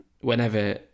whenever